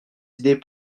idées